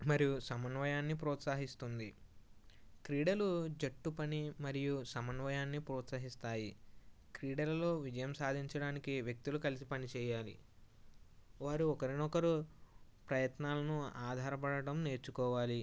మరియు సమన్వయాన్ని ప్రోత్సహిస్తుంది క్రీడలు జట్టు పని మరియు సమన్వయాన్ని ప్రోత్సహిస్తాయి క్రీడలలో విజయం సాధించడానికి వ్యక్తులు కలిసి పని చేయాలి వారు ఒకరినొకరు ప్రయత్నాలను ఆధారపడటం నేర్చుకోవాలి